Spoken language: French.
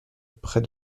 près